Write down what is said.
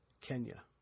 Kenya